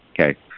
Okay